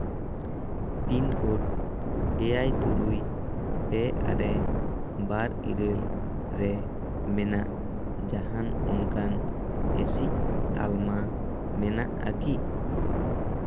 pin code ᱮᱭᱟᱭ ᱛᱩᱨᱩᱭ ᱯᱮ ᱟᱨᱮ ᱵᱟᱨ ᱤᱨᱟᱹᱞ ᱨᱮ ᱢᱮᱱᱟᱜ ᱡᱟᱦᱟᱱ ᱚᱱᱠᱟᱱ ᱮᱥᱤᱠ ᱛᱟᱞᱢᱟ ᱢᱮᱱᱟᱜᱼᱟ ᱠᱤ